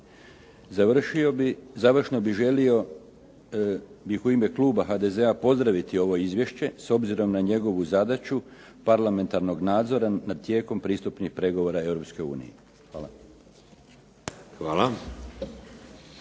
Završno bih želio i u ime kluba HDZ-a pozdraviti ovo izvješće, s obzirom na njegovu zadaću parlamentarnog nadzora nad tijekom pristupnih pregovora Europskoj